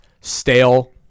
stale